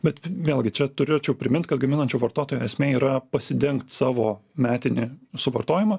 bet vėlgi čia turėčiau primint kad gaminančių vartotojų esmė yra pasidengt savo metinį suvartojimą